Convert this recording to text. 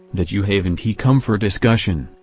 that you haven t come for discussion,